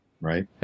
right